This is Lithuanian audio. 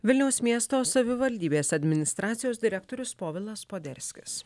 vilniaus miesto savivaldybės administracijos direktorius povilas poderskis